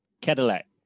Cadillac